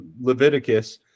Leviticus